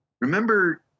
remember